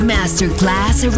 Masterclass